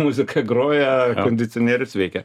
muzika groja kondicionierius veikia